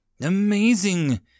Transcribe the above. Amazing